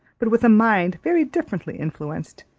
but with a mind very differently influenced,